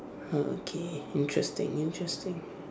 uh okay interesting interesting